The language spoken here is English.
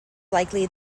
likely